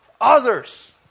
others